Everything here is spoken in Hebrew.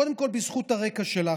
קודם כול בזכות הרקע שלך: